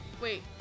Wait